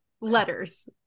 letters